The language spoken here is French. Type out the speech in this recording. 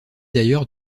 d’ailleurs